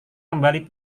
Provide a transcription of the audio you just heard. kembali